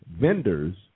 vendors